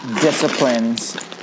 disciplines